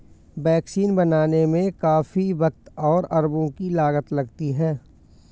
vaccine बनाने में काफी वक़्त और अरबों की लागत लगती है